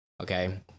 Okay